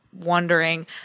wondering